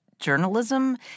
journalism